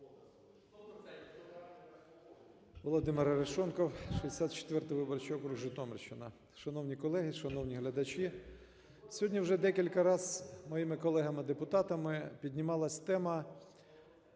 Володимир Арешонков, 64 виборчий округ, Житомирщина. Шановні колеги, шановні глядачі, сьогодні вже декілька раз моїми колегами депутатами піднімалась тема